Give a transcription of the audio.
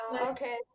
Okay